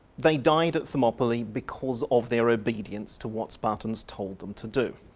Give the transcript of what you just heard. they died at thermopylae because of their obedience to what spartans told them to do.